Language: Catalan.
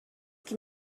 qui